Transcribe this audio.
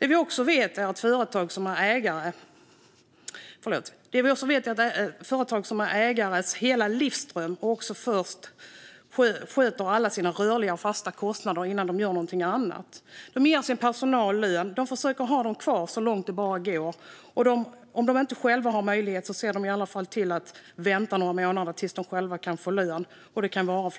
Vad vi också vet är att företagare med ägares hela livsdröm först sköter alla sina rörliga och fasta kostnader innan de gör någonting annat. De ger sin personal lön. De försöker ha dem kvar så länge det bara går. Och om de inte själva har möjlighet ser de i alla fall till att vänta några månader tills de själva kan få lön, och det kan vara